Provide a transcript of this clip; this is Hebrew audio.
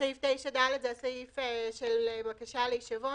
סעיף 9(ד) זה הסעיף של בקשה להישבון.